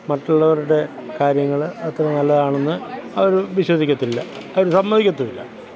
മറ്റുള്ളവരുടെ കാര്യങ്ങൾ അത്ര നല്ലതാണെന്ന് അവർ വിശ്വസിക്കത്തില്ല അവർ സമ്മതിക്കത്തുമില്ല